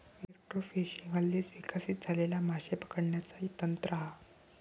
electrofishing हल्लीच विकसित झालेला माशे पकडण्याचा तंत्र हा